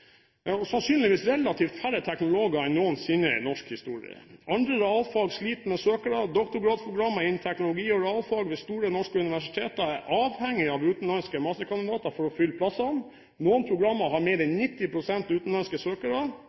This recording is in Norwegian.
færre teknologer enn noensinne i norsk historie. Andre realfag sliter med søkere, og doktorgradsprogrammer innen teknologi og realfag ved store norske universiteter er avhengig av utenlandske masterkandidater for å fylle plassene. Noen programmer har mer enn 90 pst. utenlandske søkere,